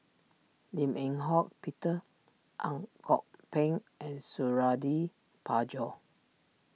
Lim Eng Hock Peter Ang Kok Peng and Suradi Parjo